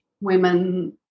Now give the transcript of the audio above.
women